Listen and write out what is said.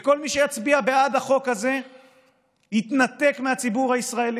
וכל מי שיצביע בעד החוק הזה התנתק מהציבור הישראלי.